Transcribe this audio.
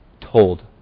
told